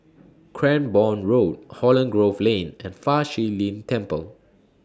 Cranborne Road Holland Grove Lane and Fa Shi Lin Temple